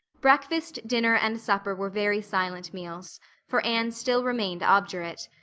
breakfast, dinner, and supper were very silent meals for anne still remained obdurate.